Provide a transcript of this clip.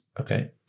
Okay